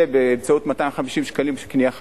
באמצעות 250 שקלים של קנייה חד-פעמית,